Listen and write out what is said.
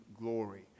glory